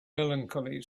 melancholy